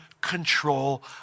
control